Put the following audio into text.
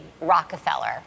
Rockefeller